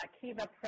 Kiva